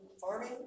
farming